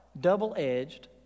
double-edged